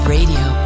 Radio